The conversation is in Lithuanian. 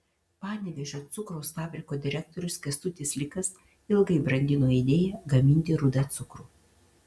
panevėžio cukraus fabriko direktorius kęstutis likas ilgai brandino idėją gaminti rudą cukrų